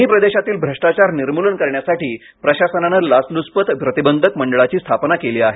दोन्ही प्रदेशातील भ्रष्टाचार निर्मूलन करण्यासाठी प्रशासनाने लाचलुचपत प्रतिबधक मंडळाची स्थापना केली आहे